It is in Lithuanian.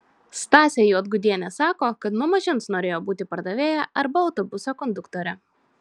stasė juodgudienė sako kad nuo mažens norėjo būti pardavėja arba autobuso konduktore